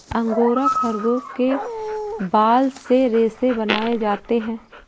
angora खरगोश के बाल से रेशे बनाए जाते हैं